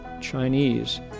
Chinese